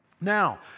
now